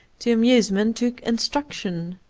to amusement, to instruction.